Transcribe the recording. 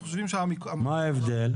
מה ההבדל?